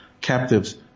captives